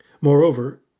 Moreover